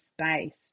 space